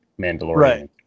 Mandalorian